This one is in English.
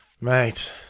Mate